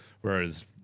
Whereas